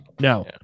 No